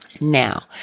Now